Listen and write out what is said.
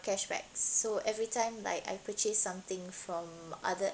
cashback so everytime like I purchase something from other